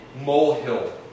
molehill